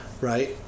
Right